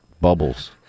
bubbles